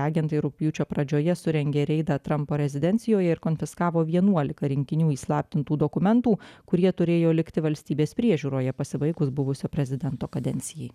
agentai rugpjūčio pradžioje surengė reidą trampo rezidencijoje ir konfiskavo vienuolika rinkinių įslaptintų dokumentų kurie turėjo likti valstybės priežiūroje pasibaigus buvusio prezidento kadencijai